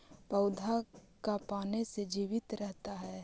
पौधा का पाने से जीवित रहता है?